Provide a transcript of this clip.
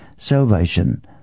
Salvation